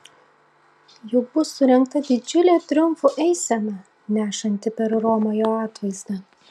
juk bus surengta didžiulė triumfo eisena nešanti per romą jo atvaizdą